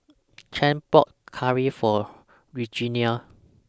Chante bought Curry For Regenia